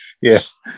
Yes